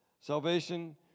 Salvation